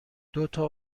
دوتا